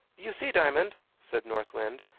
you see, diamond, said north wind,